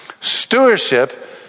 Stewardship